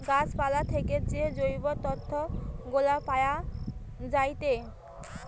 গাছ পালা থেকে যে জৈব তন্তু গুলা পায়া যায়েটে